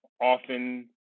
often